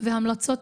אלא באופן